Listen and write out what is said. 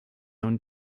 own